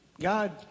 God